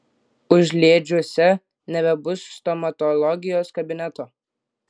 užliedžiuose nebebus stomatologijos kabineto